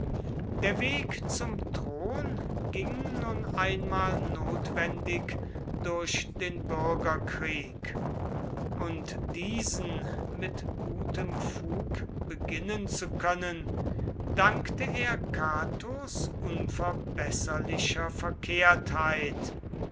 der weg zum thron ging nun einmal notwendig durch den bürgerkrieg und diesen mit gutem fug beginnen zu können dankte er catos unverbesserlicher